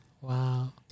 Wow